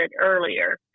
earlier